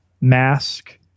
mask